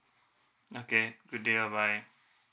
okay good day bye bye